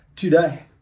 Today